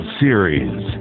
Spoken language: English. series